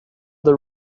the